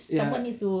ya